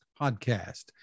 podcast